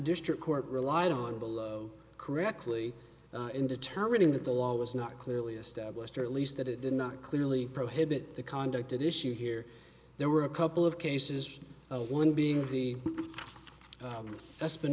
district court relied on below correctly in determining that the law was not clearly established or at least that it did not clearly prohibit the conduct at issue here there were a couple of cases one being the